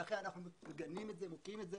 לכן אנחנו מגנים את זה ומוקיעים את זה.